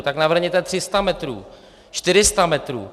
Tak navrhněte 300 metrů, 400 metrů.